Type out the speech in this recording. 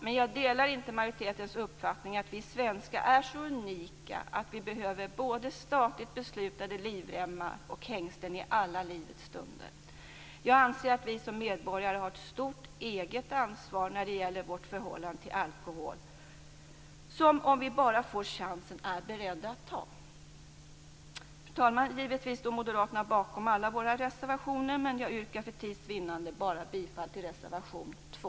Men jag delar inte majoritetens uppfattning att vi svenskar är så unika att vi behöver statligt beslutade livremmar och hängslen i alla livets stunder. Jag anser att vi som medborgare har ett stort eget ansvar när det gäller vårt förhållande till alkohol som vi, om vi bara får chansen, är beredda att ta. Fru talman! Givetvis står vi moderater bakom alla våra reservationer, men jag yrkar för tids vinnande bifall bara till reservation 2.